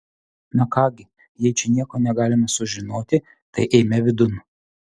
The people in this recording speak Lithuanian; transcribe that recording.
na ką gi jei čia nieko negalime sužinoti tai eime vidun